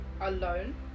alone